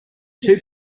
two